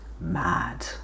mad